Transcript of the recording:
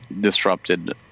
disrupted